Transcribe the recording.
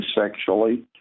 sexually